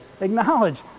Acknowledge